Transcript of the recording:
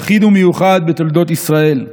יחיד ומיוחד בתולדות ישראל.